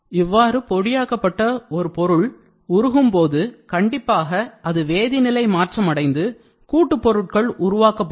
இவ்வாறு பொடியாக்கப்பட்ட ஒரு பொருள் உருகும் போது கண்டிப்பாக அது வேதிநிலை மாற்றமடைந்து கூட்டுப் பொருட்கள் உருவாக்கப்படும்